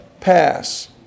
pass